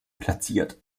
platziert